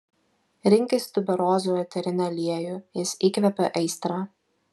rinkis tuberozų eterinį aliejų jis įkvepia aistrą